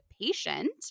patient